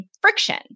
friction